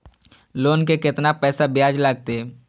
Loan के केतना पैसा ब्याज लागते?